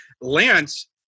Lance